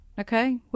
Okay